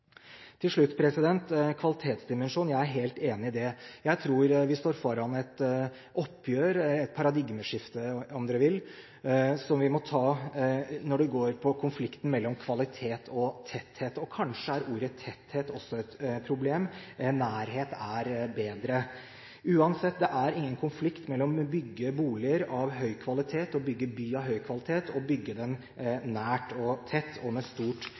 Til slutt: kvalitetsdimensjonen. Jeg er helt enig i det. Jeg tror vi står foran et oppgjør, et paradigmeskifte om man vil, som vi må ta når det går på konflikten mellom kvalitet og tetthet. Kanskje er ordet «tetthet» også et problem – nærhet er bedre. Uansett, det er ingen konflikt mellom det å bygge boliger av høy kvalitet og bygge by av høy kvalitet og det å bygge nært og tett og med stort